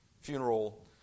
funeral